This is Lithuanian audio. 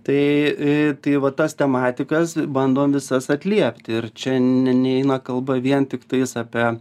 tai tai va tas tematikas bandom visas atliepti ir čia ne neina kalba vien tiktais apie